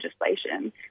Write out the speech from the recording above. legislation